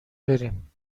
بریم